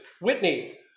Whitney